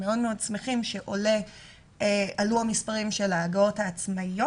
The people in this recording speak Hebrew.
הם מאוד מאוד שמחים שעלו המספרים של ההגעות העצמאיות,